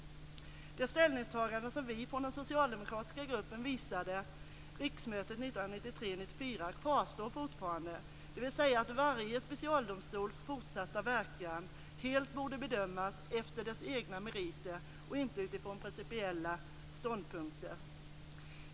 Det ställningstagande som vi från den socialdemokratiska gruppen gjorde vid riksmötet 1993/94 kvarstår fortfarande, dvs. att varje specialdomstols fortsatta verkan helt borde bedömas efter dess egna meriter och inte utifrån principiella ståndpunkter.